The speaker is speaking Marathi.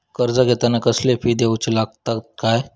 कर्ज घेताना कसले फी दिऊचे लागतत काय?